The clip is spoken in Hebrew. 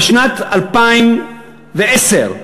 בשנת 2010,